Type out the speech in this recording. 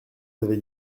avais